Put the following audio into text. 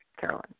Carolyn